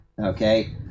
okay